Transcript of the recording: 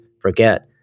forget